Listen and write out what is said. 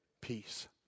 peace